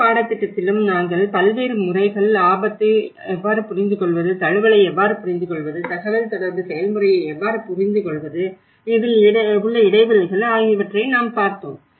முழு பாடத்திட்டத்திலும் நாங்கள் பல்வேறு முறைகள் ஆபத்தை எவ்வாறு புரிந்துகொள்வது தழுவலை எவ்வாறு புரிந்துகொள்வது தகவல்தொடர்பு செயல்முறையை எவ்வாறு புரிந்துகொள்வது இதில் இடைவெளிகள் ஆகியவற்றை நாம் பார்த்தோம்